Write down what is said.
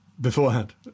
beforehand